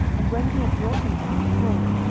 and when he had brought him down, behold,